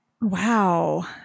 Wow